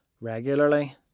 regularly